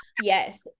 yes